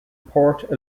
port